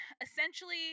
Essentially